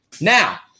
Now